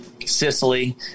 Sicily